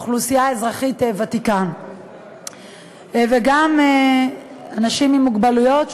אוכלוסייה אזרחית ותיקה וגם אנשים עם מוגבלויות,